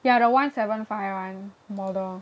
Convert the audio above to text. ya the one seven five one model